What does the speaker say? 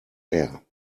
air